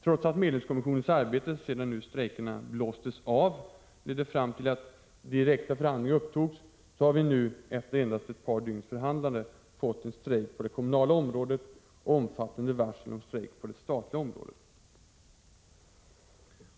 Trots att medlingskommissionens arbete, sedan strejkerna blåstes av, ledde fram till att direkta förhandlingar upptogs är det nu, efter endast ett par dygns förhandlande, strejk på det kommunala området och omfattande varsel om strejker på det statliga området.